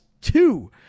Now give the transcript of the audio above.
two